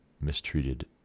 mistreated